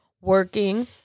working